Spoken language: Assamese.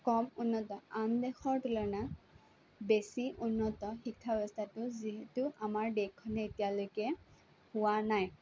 কম উন্নত আন দেশৰ তুলনাত বেছি উন্নত শিক্ষা ব্যৱস্থাটো যিহেতু আমাৰ দেশখনে এতিয়ালৈকে পোৱা নাই